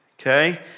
okay